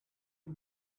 had